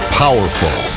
powerful